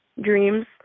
dreams